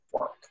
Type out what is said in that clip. work